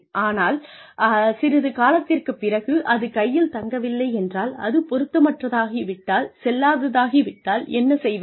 ஆனால் சிறிது காலத்திற்குப் பிறகு அது கையில் தங்கவில்லை என்றால் அது பொருத்தமற்றதாகி விட்டால் செல்லாததாகிவிட்டால் என்ன செய்வது